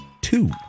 Two